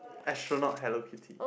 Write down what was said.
I should not Hello-Kitty